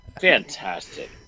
Fantastic